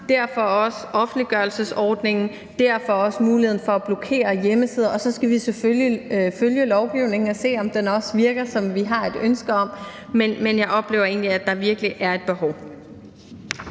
Derfor også offentliggørelsesordningen, derfor også muligheden for at blokere hjemmesider. Og så skal vi selvfølgelig følge lovgivningen og se, om den også virker, som vi har et ønske om. Men jeg oplever egentlig, at der virkelig er et behov.